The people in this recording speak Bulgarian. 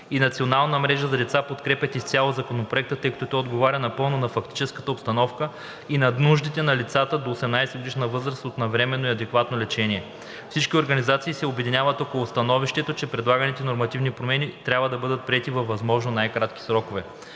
и Националната мрежа за децата подкрепят изцяло Законопроекта, тъй като той отговаря напълно на фактическата обстановка и на нуждите на лицата до 18-годишна възраст от навременно и адекватно лечение. Всички организации се обединяват около становището, че предлаганите нормативни промени трябва да бъдат приети във възможно най-кратки срокове.